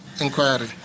inquiry